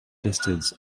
distance